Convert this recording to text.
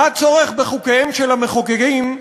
/ מה צורך בחוקיהם של המחוקקים?